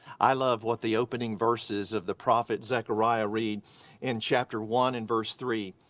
i love what the opening verses of the prophet zechariah read in chapter one, and verse three.